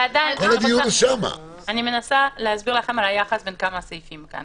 אני מנסה להסביר על היחס בין כמה סעיפים כאן.